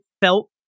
felt